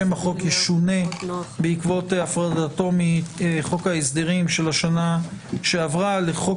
שם החוק ישונה בעקבות הפרדתו מחוק ההסדרים של השנה שעברה לחוק